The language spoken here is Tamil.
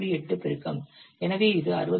8 பெருக்கம் எனவே இது 61